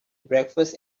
breakfast